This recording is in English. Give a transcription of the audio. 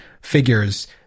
figures